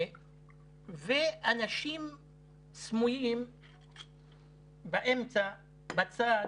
ואנשים סמויים באמצע, בצד,